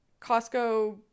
Costco